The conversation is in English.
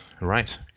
right